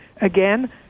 Again